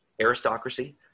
aristocracy